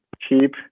cheap